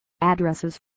addresses